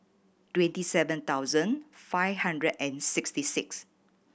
twenty seven thousand five hundred and sixty six